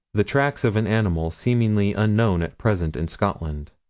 the tracks of an animal seemingly unknown at present in scotland.